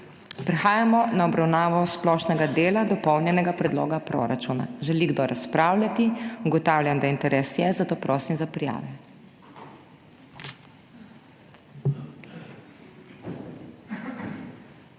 Prehajamo na obravnavo splošnega dela dopolnjenega predloga proračuna. Želi kdo razpravljati? Ugotavljam, da interes je, zato prosim za prijave.